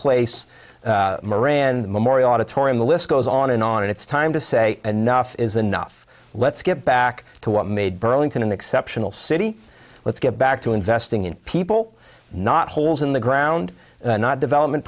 place moran the memorial auditorium the list goes on and on and it's time to say enough is enough let's get back to what made burlington an exceptional city let's get back to investing in people not holes in the ground not development